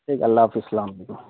ٹھیک ہے اللہ حافظ السلام علیکم